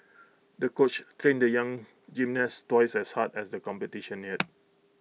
the coach trained the young gymnast twice as hard as the competition neared